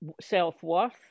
self-worth